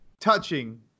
touching